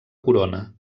corona